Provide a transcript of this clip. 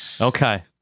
Okay